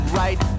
right